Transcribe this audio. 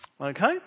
okay